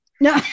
No